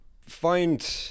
find